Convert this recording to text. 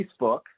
Facebook